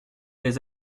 les